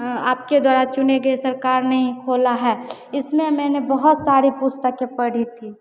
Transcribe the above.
आपके द्वारा चुनी गई सरकार ने ही खोली है इसमें मैंने बहुत सारी पुस्तकें पढ़ी थीं